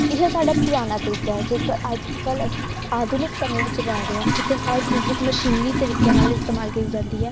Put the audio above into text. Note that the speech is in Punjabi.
ਇਹ ਸਾਡਾ ਪੁਰਾਣਾ ਤਰੀਕਾ ਹੈ ਜੇਕਰ ਅੱਜ ਕੱਲ੍ਹ ਅਸੀਂ ਆਧੁਨਿਕ ਸਮੇਂ ਵਿੱਚ ਰਹਿ ਰਹੇ ਹਾਂ ਜਿੱਥੇ ਹਰ ਚੀਜ਼ ਇੱਕ ਮਸ਼ੀਨੀ ਤਰੀਕੇ ਨਾਲ ਇਸਤੇਮਾਲ ਕੀਤੀ ਜਾਂਦੀ ਹੈ